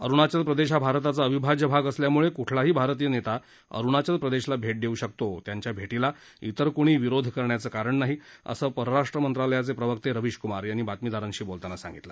अरुणाचल प्रदेश हा भारताचा अविभाज्य भाग असल्याम्ळे क्ठलाही भारतीय नेता अरुणाचल प्रदेशला भेट देऊ शकतो त्यांच्या भेटीला इतर कूणी विरोध करायचं कारण नाही असं परराष्ट्र मंत्रालयाचे प्रवक्ते रविश क्मार यांनी बातमीदारांशी बोलताना सांगितलं